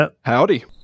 Howdy